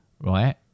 right